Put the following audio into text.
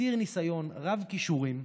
עתיר ניסיון, רב-כישורים,